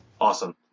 Awesome